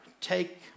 take